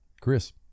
Chris